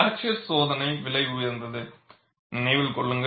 fracture சோதனை மிகவும் விலை உயர்ந்தது நினைவில் கொள்ளுங்கள்